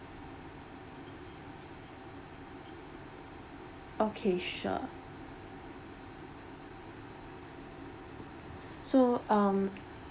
okay sure so um